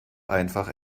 einfach